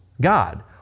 God